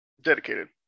dedicated